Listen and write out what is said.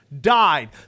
died